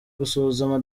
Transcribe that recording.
gusuzuma